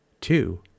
Two